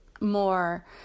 more